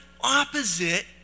opposite